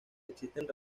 existen